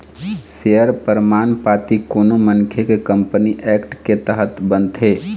share परमान पाती कोनो मनखे के कंपनी एक्ट के तहत बनथे